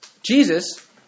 Jesus